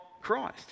Christ